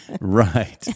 Right